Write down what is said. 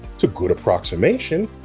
it's a good approximation,